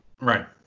Right